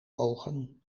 ogen